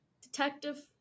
detective